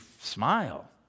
smile